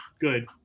good